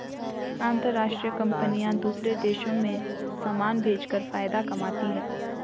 अंतरराष्ट्रीय कंपनियां दूसरे देशों में समान भेजकर फायदा कमाती हैं